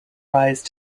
rise